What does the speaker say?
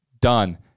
Done